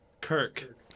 Kirk